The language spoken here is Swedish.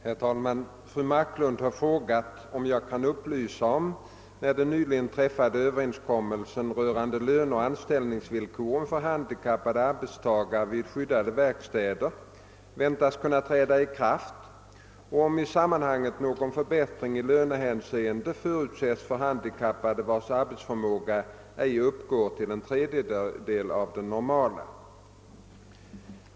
Herr talman! Fru Marklund har frågat om jag kan upplysa om när den nyligen träffade överenskommelsen rörande löneoch anställningsvillkor för handikappade arbetstagare vid skyddade verkstäder väntas kunna träda i kraft och om i sammanhanget någon förbättring i lönehänseende förutsetts för handikappade vilkas arbetsförmåga ej uppgår till 1/3 av den normala.